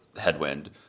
headwind